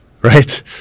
right